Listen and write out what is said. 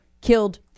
killed